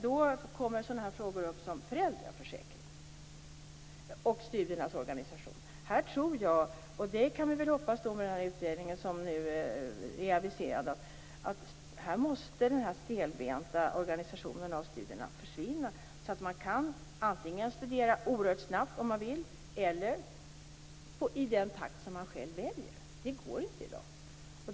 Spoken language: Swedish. Då kommer frågor upp som t.ex. föräldraförsäkring och studiernas organisation. Jag tror - och det kan vi hoppas av den aviserade utredningen - att den stelbenta organisationen av studierna måste försvinna så att man antingen kan studera oerhört snabbt om man vill eller i den takt som man själv väljer. Det går inte i dag.